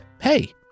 Hey